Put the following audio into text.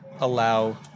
allow